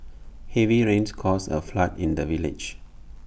heavy rains caused A flood in the village